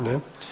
Ne.